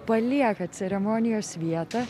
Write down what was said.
palieka ceremonijos vietą